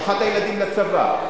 שלחה את הילדים לצבא,